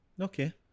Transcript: okay